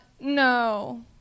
no